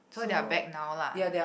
so they are back now lah